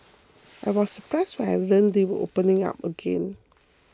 I was surprised when I learnt they were opening up again